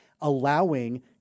allowing